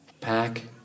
Pack